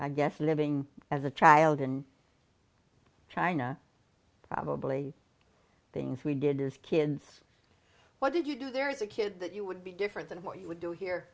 i guess living as a child in china probably things we did as kids what did you do there as a kid that you would be different than what you would do here